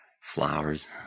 flowers